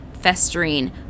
festering